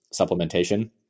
supplementation